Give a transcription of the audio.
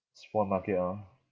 spoil market orh